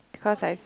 because I